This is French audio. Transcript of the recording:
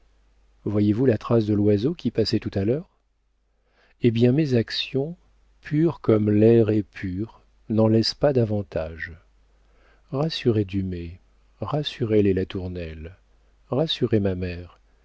voyez-vous la trace de l'oiseau qui passait tout à l'heure eh bien mes actions pures comme l'air est pur n'en laissent pas davantage rassurez dumay rassurez les latournelle rassurez ma mère